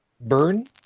burn